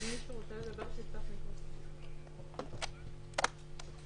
אני רוצה לשאול אתמול היה דיון בוועדת ביקורת המדינה ומעניין